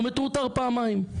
הוא מטורטר פעמיים.